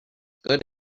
good